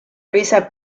luisa